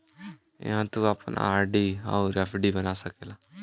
इहाँ तू आपन आर.डी अउर एफ.डी बना सकेला